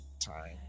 time